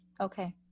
Okay